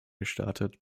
gestartet